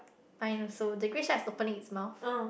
mine also the grey shark is opening its mouth